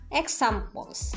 examples